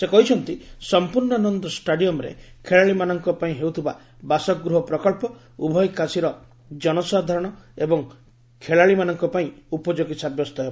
ସେ କହିଛନ୍ତି ସମ୍ପର୍ଣ୍ଣାନନ୍ଦ ଷ୍ଟାଡିୟମରେ ଖେଳାଳିମାନଙ୍କ ପାଇଁ ହେଉଥିବା ବାସଗୃହ ପ୍ରକଳ୍ପ ଉଭୟ କାଶୀର ଜନସାଧାରଣ ଏବଂ ଖେଳାଳିମାନଙ୍କ ପାଇଁ ଉପଯୋଗୀ ସାବ୍ୟସ୍ତ ହେବ